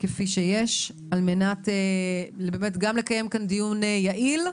כפי שיש, גם כדי לקיים כאן דיון יעיל,